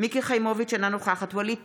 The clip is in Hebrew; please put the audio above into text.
מיקי חיימוביץ' אינה נוכחת ווליד טאהא,